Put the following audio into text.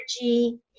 energy